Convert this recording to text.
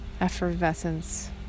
effervescence